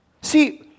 See